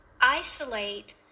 isolate